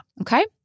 Okay